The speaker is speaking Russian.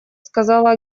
сказал